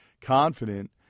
confident